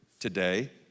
Today